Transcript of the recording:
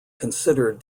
considered